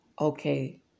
Okay